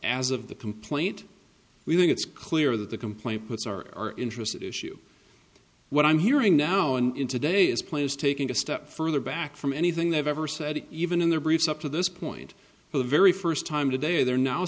as of the complaint we think it's clear that the complaint puts our interest issue what i'm hearing now and in today's players taking a step further back from anything they've ever said even in their briefs up to this point for the very first time today they're now